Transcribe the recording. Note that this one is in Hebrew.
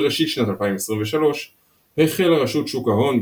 בראשית שנת 2023 החלה רשות שוק ההון,